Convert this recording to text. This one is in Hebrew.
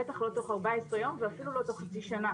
בתוך לא תוך 14 יום ואפילו תוך חצי שנה,